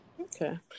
Okay